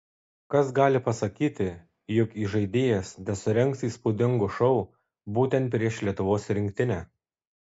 kas gali pasakyti jog įžaidėjas nesurengs įspūdingo šou būtent prieš lietuvos rinktinę